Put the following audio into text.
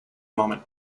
moment